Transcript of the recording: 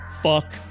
fuck